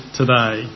today